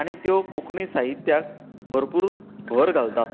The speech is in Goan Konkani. आनी त्यो कोंकणी साहित्याक भरपूर भर घालतात